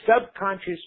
subconscious